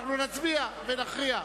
אנחנו נצביע ונכריע.